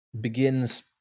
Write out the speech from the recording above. begins